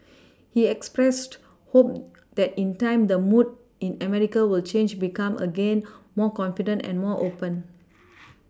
he expressed hope that in time the mood in America will change become again more confident and more open